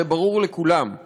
הרי ברור לכולם,